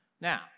Now